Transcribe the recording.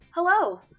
Hello